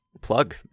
plug